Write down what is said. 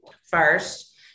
First